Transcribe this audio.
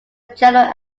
general